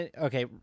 Okay